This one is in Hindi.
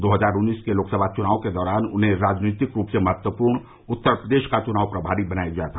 दो हजार उन्नीस के लोकसभा चुनावों के दौरान उन्हें राजनीतिक रूप से महत्वपूर्ण उत्तर प्रदेश का चुनाव प्रभारी बनाया गया था